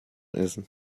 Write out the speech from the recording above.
essen